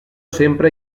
sempre